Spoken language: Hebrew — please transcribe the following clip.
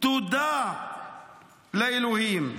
תודה לאלוהים,